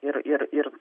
ir ir ir